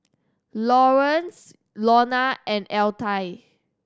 Lawerence Lonna and Altie